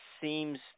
seems